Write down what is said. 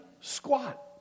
squat